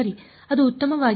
ಅದು ಉತ್ತಮವಾಗಿದೆಯೇ